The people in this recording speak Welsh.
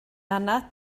anad